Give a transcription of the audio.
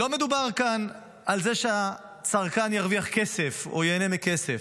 לא מדובר כאן על זה שהצרכן ירוויח כסף או ייהנה מכסף.